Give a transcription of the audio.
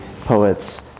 poets